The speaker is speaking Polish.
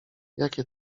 jakie